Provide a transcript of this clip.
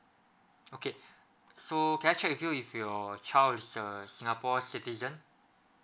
okay so can I check if you if your child is a singapore citizen